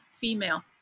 female